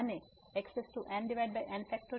અને xnn